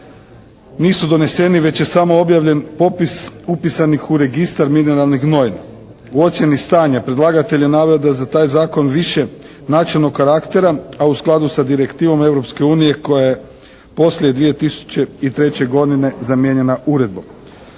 nisu doneseni već je samo objavljen popis upisanih u Registar mineralnih gnojiva. U ocjeni stanja predlagatelj je naveo da za taj zakon više načelnog karaktera, a u skladu s direktivom Europske unije koja je poslije 2003. godine zamijenjena uredbom.